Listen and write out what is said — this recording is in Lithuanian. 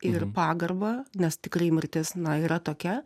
ir pagarbą nes tikrai mirtis na yra tokia